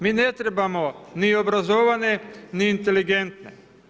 Mi ne trebamo ni obrazovane, ni inteligentne.